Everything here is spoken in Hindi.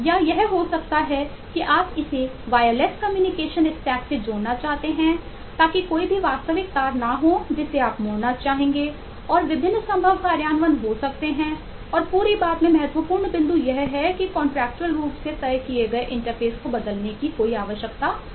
या यह हो सकता है कि आप इसे वायरलेस कम्युनिकेशन स्टैक को बदलने की कोई आवश्यकता नहीं है